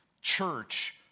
church